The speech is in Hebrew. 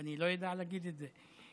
אני לא אדע להגיד את זה?